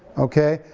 okay,